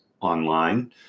online